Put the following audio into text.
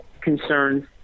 concerns